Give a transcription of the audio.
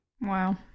Wow